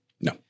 No